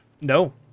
No